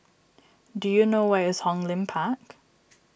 do you know where is Hong Lim Park